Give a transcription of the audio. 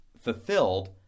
fulfilled